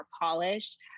polished